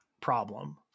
problem